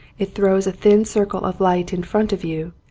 it throws a thin circle of light in front of you,